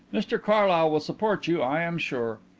mr carlyle will support you, i am sure.